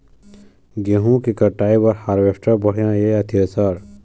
गेहूं के कटाई बर हारवेस्टर बढ़िया ये या थ्रेसर?